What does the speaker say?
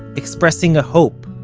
expressing a hope,